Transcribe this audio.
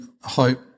hope